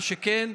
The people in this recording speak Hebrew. מה שכן,